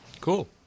Cool